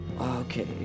Okay